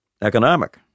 economic